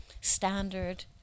standard